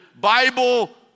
Bible